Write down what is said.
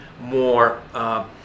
more